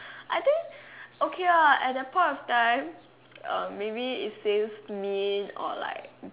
I think okay lah at that point of time uh maybe it seems mean or like